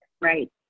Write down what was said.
Right